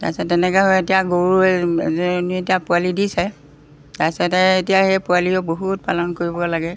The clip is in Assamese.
তাৰপিছত তেনেকৈ এতিয়া গৰু এজনী এতিয়া পোৱালি দিছে তাৰপিছতে এতিয়া সেই পোৱালিও বহুত পালন কৰিব লাগে